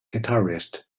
guitarist